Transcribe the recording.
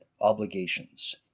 obligations